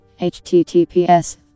https